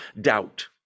doubt